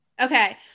Okay